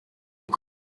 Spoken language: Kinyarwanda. uyu